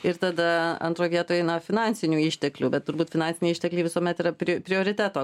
ir tada antroj vietoje na finansinių išteklių bet turbūt finansiniai ištekliai visuomet yra pri prioriteto